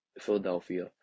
Philadelphia